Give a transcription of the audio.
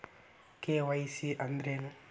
KYC ಅಂದ್ರೇನು?